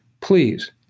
Please